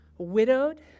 widowed